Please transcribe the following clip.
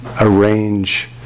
arrange